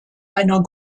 einer